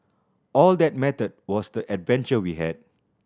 all that mattered was the adventure we had